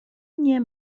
nie